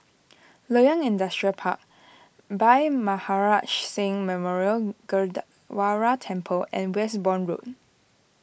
Loyang Industrial Park Bhai Maharaj shh Singh Memorial Gurdwara Temple and Westbourne Road